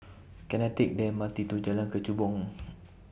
Can I Take The M R T to Jalan Kechubong